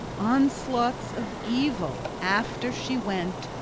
onslaughts of evil, after she went,